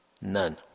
none